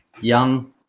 young